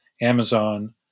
Amazon